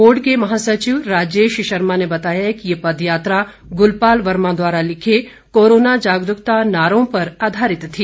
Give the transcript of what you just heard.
board के महासचिव राजेश शर्मा ने बताया कि ये पदयात्रा गुलपाल वर्मा द्वारा लिखे कोरोना जागरूकता नारों पर आधारित थी